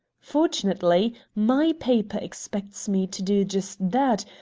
fortunately, my paper expects me to do just that,